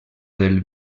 del